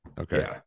okay